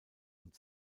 und